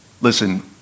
Listen